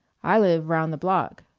i live around the block,